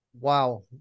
Wow